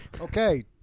Okay